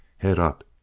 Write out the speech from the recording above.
head up,